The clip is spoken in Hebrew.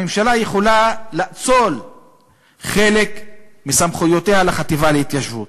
הממשלה יכולה לאצול חלק מסמכויותיה לחטיבה להתיישבות.